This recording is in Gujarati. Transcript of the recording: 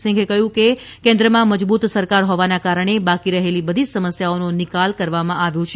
સિંઘે કહ્યું કે કેન્દ્રમાં મજબૂત સરકાર હોવાને કારણે બાકી રહેલી બધી સમસ્યાઓનો નિકાલ કરવામાં આવ્યો છે